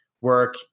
work